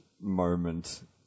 moment